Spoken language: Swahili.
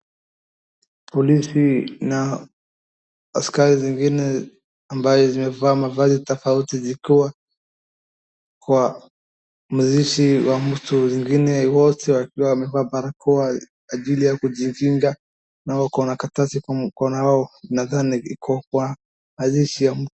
Polisi na askari zingine amabaye zimevaa mavazi tofauti zikiwa kwa mazishi ya mtu. Zingine wote wakiwa wamevaa barakoa kwa ajili ya kujikinga na wako na karatasi kwa mkono yao nadhani iko kwa mazishi ya mtu.